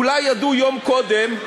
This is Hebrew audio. אולי ידעו יום קודם,